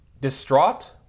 distraught